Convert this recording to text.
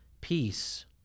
Peace